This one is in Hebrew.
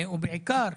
ובעיקר,